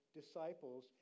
disciples